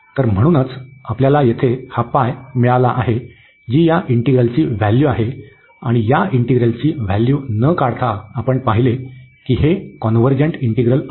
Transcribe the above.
तर म्हणूनच आम्हाला येथे हा मिळाला आहे जी या इंटिग्रलची व्हॅल्यू आहे आणि या इंटिग्रलची व्हॅल्यू न काढता आपण पाहिले आहे की हे कॉन्व्हर्जन्ट इंटिग्रल आहे